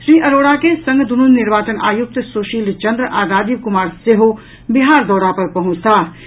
श्री अरोड़ा के संग दूनु निर्वाचन आयुक्त सुशील चंद्र आ राजीव कुमार सेहो बिहार दौरा पर पहुंचताह अछि